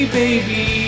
baby